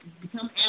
become